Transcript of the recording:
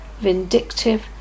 vindictive